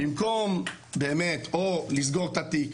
במקום באמת או לסגור את התיק